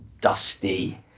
dusty